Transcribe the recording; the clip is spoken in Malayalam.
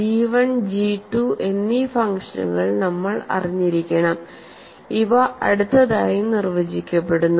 ജി 1 ജി 2 എന്നീ ഫംഗ്ഷനുകൾ നമ്മൾ അറിഞ്ഞിരിക്കണം ഇവ അടുത്തതായി നിർവചിക്കപ്പെടുന്നു